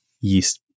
yeast